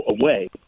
away